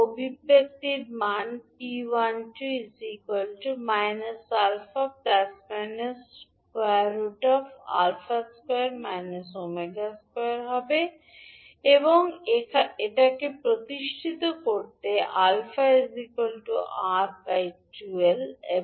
অভিব্যক্তিটির মান এবং আমরা এটিও প্রতিষ্ঠিত করেছি এবং